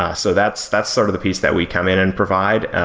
ah so that's that's sort of the piece that we come in and provide,